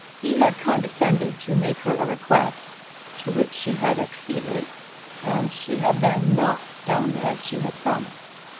he had condescended to make her a request to which she had acceded and she had then not done as she had promised.